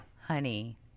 Honey